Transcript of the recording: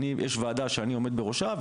יש ועדה שאני עומד בראשה.